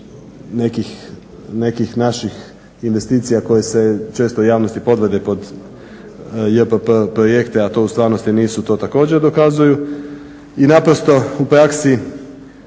nekih naših investicija koje se često javnosti podvode pod JPP projekte, a to u stvarnosti nisu, to također dokazuju i naprosto u praksi